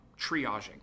triaging